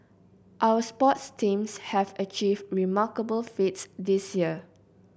our sports teams have achieved remarkable feats this year